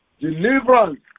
Deliverance